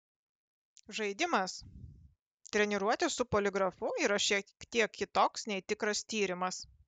žaidimas treniruotė su poligrafu yra šiek tiek kitoks nei tikras tyrimas